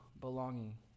belonging